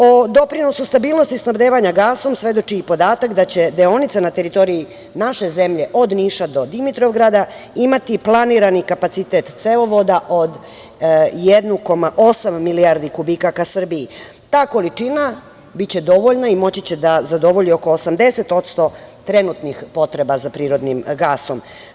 O doprinosu stabilnosti snabdevanja gasom svedoči i podatak da će deonica na teritoriji naše zemlje od Niša do Dimitrovgrada, imati planirani kapacitet cevovoda od 1,8 milijardi kubika ka Srbiji i ta količina će biti dovoljna i da zadovolji oko 80% trenutnih potreba za prirodnim gasom.